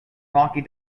rocky